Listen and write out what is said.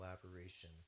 collaboration